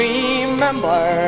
Remember